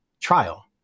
trial